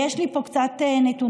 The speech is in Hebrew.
יש לי פה קצת נתונים.